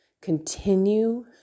continue